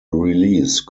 release